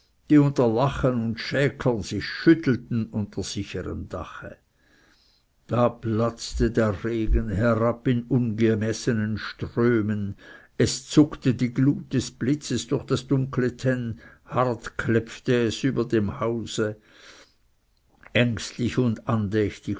unter lachen und schäkern sich schüttelten unter sicherem dache da platzte der regen herab in ungemeßnen strömen es zuckte die glut des blitzes durchs dunkle tenn hart klepfte es über dem hause ängstlich und andächtig